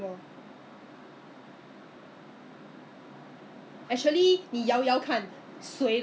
!wah! they have thin one so next time I look at ya what I want is a thin one I don't want the normal those furry furry hairy one